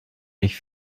ich